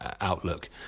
outlook